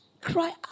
cry